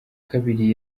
kabiri